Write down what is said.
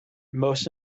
most